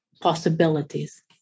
possibilities